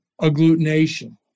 agglutination